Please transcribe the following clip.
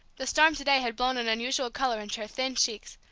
the storm to-day had blown an unusual color into her thin cheeks,